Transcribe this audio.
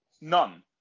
None